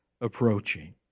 approaching